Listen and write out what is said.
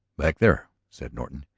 back there, said norton,